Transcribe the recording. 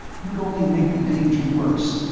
you'd only make the danger worse.